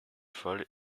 folle